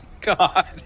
God